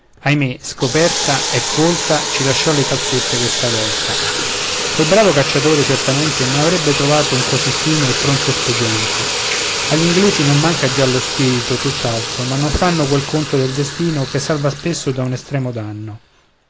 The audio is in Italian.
ahimè scoperta e còlta ci lasciò le calzette questa volta quel bravo cacciatore certamente non avrebbe trovato un così fino e pronto espedïente agli inglesi non manca già lo spirito tutt'altro ma non fanno quel conto del destino che salva spesso da un estremo danno